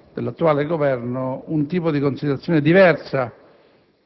meritava, da parte dell'attuale Governo, un tipo di considerazione diversa